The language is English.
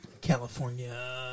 California